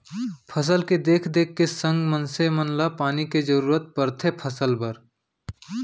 फसल के देख देख के संग मनसे मन ल पानी के जरूरत परथे फसल बर